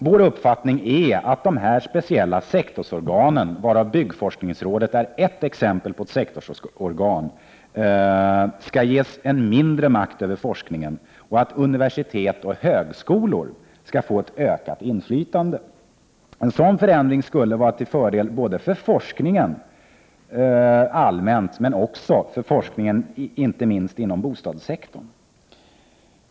Vår uppfattning är att dessa speciella sektorsorgan, varav byggforskningsrådet är ett, skall ges mindre makt över forskningen och att universitet och högskolor skall få ett ökat inflytande. En sådan förändring skulle vara till fördel både för forskningen rent allmänt och inte minst för forskningen inom bostadssektorn.